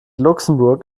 luxemburg